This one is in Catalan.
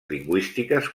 lingüístiques